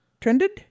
Trended